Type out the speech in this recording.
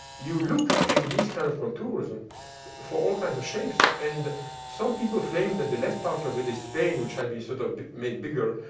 you look in these kind of contours and for all kinds of shapes. and some people claim that the left part of it is spain, which had been sort of made bigger,